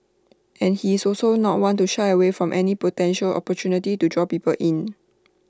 and he is also not one to shy away from any potential opportunity to draw people in